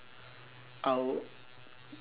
I'll